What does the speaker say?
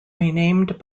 renamed